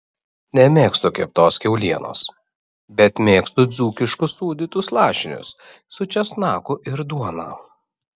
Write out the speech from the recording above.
nemėgstu keptos kiaulienos bet mėgstu dzūkiškus sūdytus lašinius su česnaku ir duona